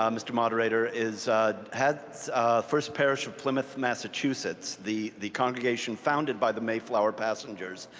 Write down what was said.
um mr. moderator, is has first parish of plymouth, massachusetts, the the congregations founded by the mayflower passengers,